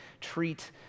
treat